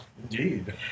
Indeed